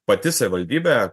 pati savivaldybė